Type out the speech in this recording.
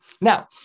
Now